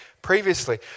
previously